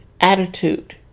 attitude